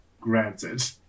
Granted